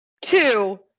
Two